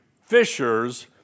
fishers